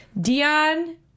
Dion